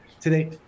Today